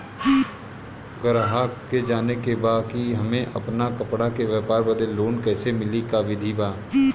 गराहक के जाने के बा कि हमे अपना कपड़ा के व्यापार बदे लोन कैसे मिली का विधि बा?